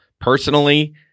personally